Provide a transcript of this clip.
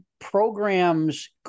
programs